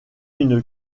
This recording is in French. une